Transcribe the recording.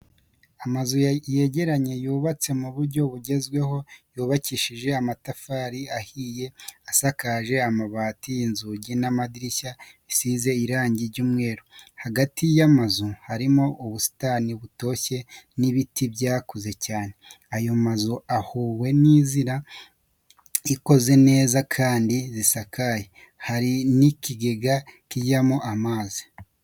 Amazu yegeranye yubatse mu buryo bugezweho yubakishije amtafari ahiye asakaje amabati inzugi n'amadirishya bisize irangi ry'umweru, hagati y'amazu harimo ubusitani butoshye n'ibiti byakuze cyane, ayo mazu ahuwe n'inzira zikoze neza kandi zisakaye, hari n'ikigega kijyamo amazi.